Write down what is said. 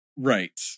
Right